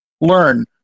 learn